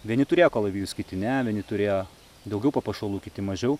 vieni turėjo kalavijus kiti ne vieni turėjo daugiau papuošalų kiti mažiau